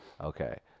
Okay